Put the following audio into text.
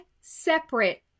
separate